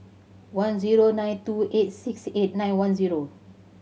one zero nine two eight six eight nine one zero